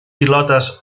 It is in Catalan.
pilotes